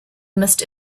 must